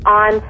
on